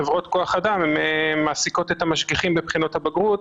חברות כוח אדם מעסיקות את משגיחים בבחינות הבגרות.